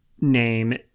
name